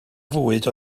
fwyd